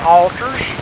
altars